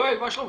יואל, מה שלומך?